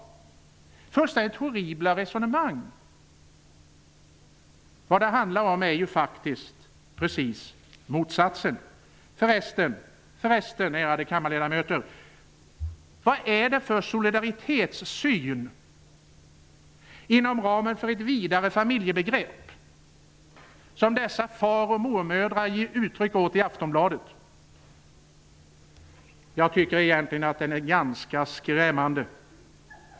Det är fullständigt horribla resonemang! Vad det faktiskt handlar om är raka motsatsen. Förresten, ärade kammarledamöter: Vad är det för syn på solidaritet, inom ramen för ett vidare familjebegrepp, som dessa far och mormödrar ger uttryck för i Aftonbladet? Jag tycker egentligen att den är ganska skrämmande.